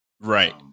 Right